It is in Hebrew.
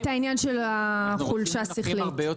את העניין של החולשה השכלית.